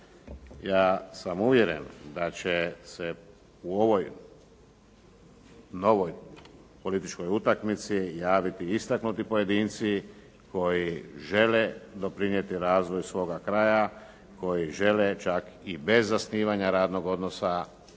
Ja sam uvjeren da će se u ovoj novoj političkoj utakmici javiti istaknuti pojedinci koji žele doprinijeti razvoju svoga kraja, koji žele čak i bez osnivanja radnog odnosa utjecati